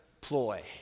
ploy